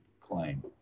claim